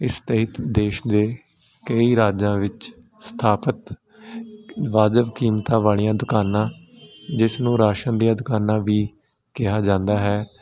ਇਸ ਤਹਿਤ ਦੇਸ਼ ਦੇ ਕਈ ਰਾਜਾਂ ਵਿੱਚ ਸਥਾਪਿਤ ਵਾਜਿਬ ਕੀਮਤਾਂ ਵਾਲੀਆਂ ਦੁਕਾਨਾਂ ਜਿਸ ਨੂੰ ਰਾਸ਼ਨ ਦੀਆਂ ਦੁਕਾਨਾਂ ਵੀ ਕਿਹਾ ਜਾਂਦਾ ਹੈ